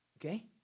Okay